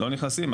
נכנסים.